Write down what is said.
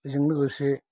बेजों लोगोसे